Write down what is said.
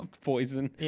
Poison